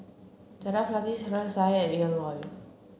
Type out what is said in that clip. Jaafar Latiff Sarkasi Said and Ian Loy